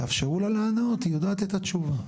תאפשרו לה לענות, היא יודעת את התשובה.